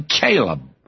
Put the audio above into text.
Caleb